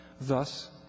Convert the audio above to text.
Thus